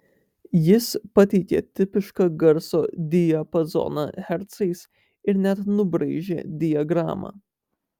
jis pateikė tipišką garso diapazoną hercais ir net nubraižė diagramą